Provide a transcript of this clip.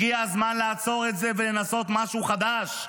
הגיע הזמן לעצור את זה ולנסות משהו חדש,